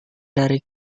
dari